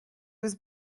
was